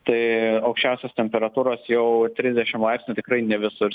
tai aukščiausios temperatūros jau trisdešim laipsnių tikrai ne visur